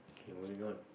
okay moving on